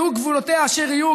יהיו גבולותיה אשר יהיו,